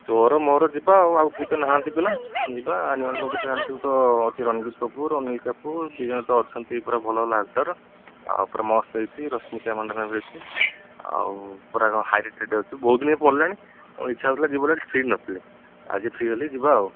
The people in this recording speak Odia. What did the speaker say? ତୋର ମୋର ଯିବା ଆଉ ଆଉ କେହି ତ ନାହାନ୍ତି ପିଲା ଯିବା ଆନିମଲ୍ ମୁଭିଟା ଜାଣିଥିବୁ ତ ଅଛି ରଣବୀର କାପୁର ଅନୀଲ୍ କାପୁର ଦୁଇ ଜଣ ତ ଅଛନ୍ତି ପୁରା ଭଲ ଭଲ ଆକ୍ଟର ଆଉ ପରା ମସ୍ତ ହେଇଚି ରଶ୍ମୀକା ମାନ୍ଧାନା ବି ଅଛି ଆଉ ପରା କ'ଣ ହାଇ୍ ରେଟେଡ଼୍ ଅଛି ବହୁତ ଦିନ ହେଲା ପଡ଼ିଲାଣି ଆଉ ଇଚ୍ଛା ହେଉଥିଲା ଯିବୁ ବୋଲି ଫ୍ରି ନଥିଲି ଆଜି ଫ୍ରି ହେଲି ଯିବା ଆଉ